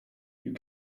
you